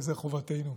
וזו חובתנו.